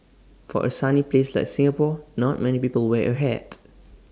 for A sunny place like Singapore not many people wear A hat